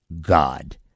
God